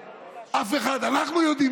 אף אחד לא יודע שהוא רפורמי.